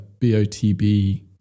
BOTB